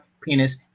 penis